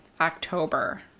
October